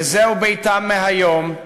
וזהו ביתם מהיום.